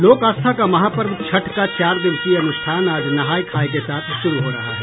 लोक आस्था का महापर्व छठ का चार दिवसीय अनुष्ठान आज नहाय खाय के साथ शुरू हो रहा है